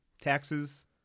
taxes